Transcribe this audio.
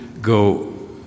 go